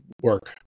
work